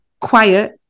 quiet